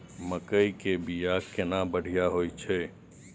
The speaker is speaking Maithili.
मकई के बीया केना बढ़िया होय छै?